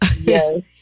Yes